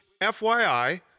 FYI